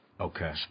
Okay